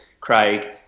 Craig